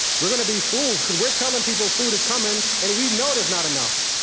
we're going to be fools because we're telling people food is coming and we know there's not enough.